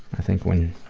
i think when